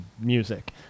music